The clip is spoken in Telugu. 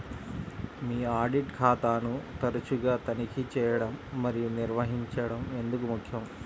మీ ఆడిట్ ఖాతాను తరచుగా తనిఖీ చేయడం మరియు నిర్వహించడం ఎందుకు ముఖ్యం?